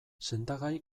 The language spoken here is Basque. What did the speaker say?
sendagai